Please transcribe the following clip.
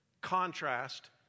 contrast